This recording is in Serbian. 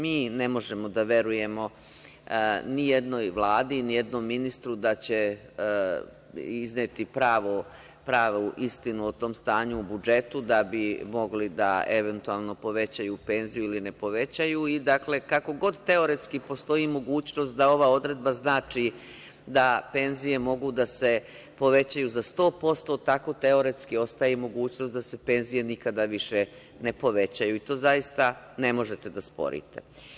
Mi ne možemo da verujemo ni jednoj vladi, ni jednom ministru da će izneti pravu istinu o tom stanju u budžetu da bi mogli da eventualno povećaju penziju ili ne povećaju i kako god teoretski postoji mogućnost da ova odredba znači da penzije mogu da se povećaju za 100%, tako teoretski ostaje i mogućnost da se penzije nikada više ne povećaju i to zaista ne možete da sporite.